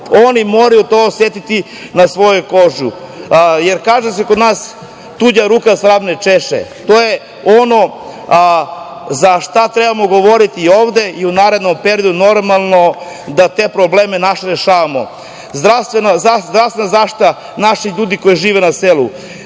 oni moraju to osetiti na svojoj koži. Jer kod nas se kaže: "Tuđa ruka svrab ne češe!" To je ono za šta trebamo govoriti ovde i u narednom periodu, normalno, da te naše probleme rešavamo. Zdravstvena zaštita naših ljudi koji žive na selu.